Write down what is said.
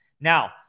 Now